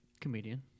Comedian